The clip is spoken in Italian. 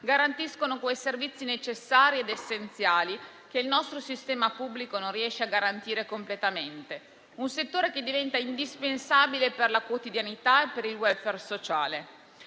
garantiscono quei servizi necessari ed essenziali che il nostro sistema pubblico non riesce a garantire completamente. Un settore che diventa indispensabile per la quotidianità e per il *welfare* sociale;